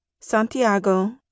Santiago